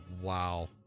Wow